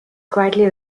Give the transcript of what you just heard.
quietly